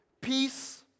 Peace